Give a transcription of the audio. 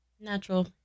Natural